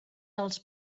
als